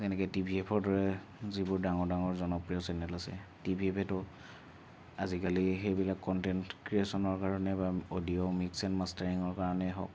যেনেকৈ টিভিএফৰ দৰে যিবোৰ ডাঙৰ ডাঙৰ জনপ্ৰিয় চেনেল আছে টিভিএফটো আজিকালি সেইবিলাক কন্টেন্ট ক্ৰিয়েচনৰ কাৰণে বা অডিঅ' মিক্স এন মাষ্টাৰিঙৰ কাৰণেই হওক